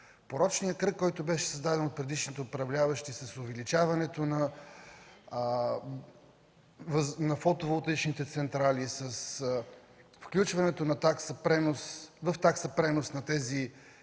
Порочният кръг, който беше създаден от предишните управляващи с увеличението на фотоволтаичните централи, с включването в такса пренос на тези